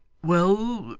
well,